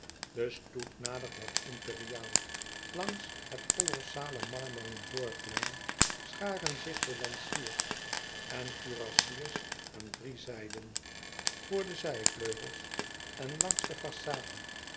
de stoet nadert het imperiaal langs het kolossale marmeren voorplein scharen zich de lanciers en kurassiers aan drie zijden voor de zijvleugels en langs de façade